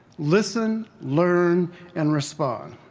listen, learn and respond.